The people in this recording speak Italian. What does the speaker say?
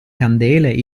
candele